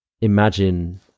imagine